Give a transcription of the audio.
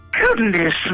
Goodness